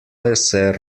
esser